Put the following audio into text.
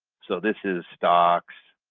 so this is stocks,